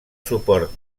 suport